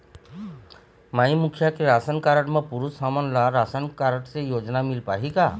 माई मुखिया के ration card म पुरुष हमन ला राशन कारड से योजना मिल पाही का?